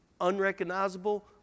unrecognizable